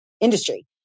industry